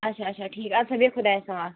آچھا آچھا ٹھیٖک اَدٕ سا بیٚہہ خۄدایَس حَوالہٕ